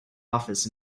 office